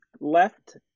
left